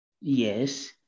Yes